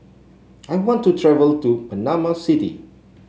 I want to travel to Panama City